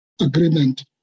agreement